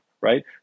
right